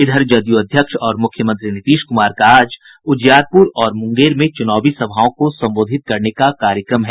इधर जदयू अध्यक्ष और मुख्यमंत्री नीतीश कुमार का आज उजियारपुर और मुंगेर में चुनावी सभाओं को संबोधित करने का कार्यक्रम है